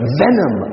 venom